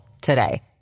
today